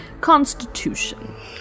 Constitution